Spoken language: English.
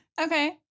Okay